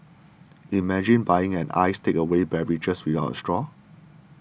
imagine buying an iced takeaway beverage without a straw